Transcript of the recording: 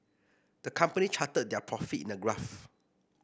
the company charted their profits in a graph